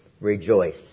Rejoice